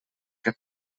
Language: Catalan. que